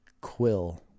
Quill